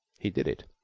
he did it.